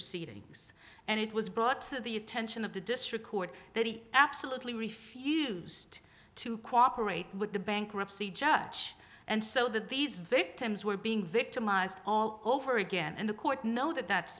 proceedings and it was brought to the attention of the district court that he absolutely refused to cooperate with the bankruptcy judge and so that these victims were being victimized all over again and the court noted that